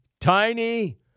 Tiny